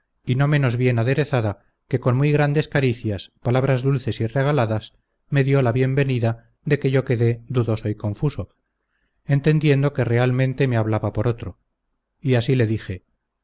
y no menos bien aderezada que con muy grandes caricias palabras dulces y regaladas me dio la bien venida de que yo quedé dudoso y confuso entendiendo que realmente me hablaba por otro y así le dije